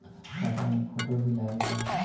खाता मे फोटो भी लागे ला?